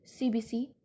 cbc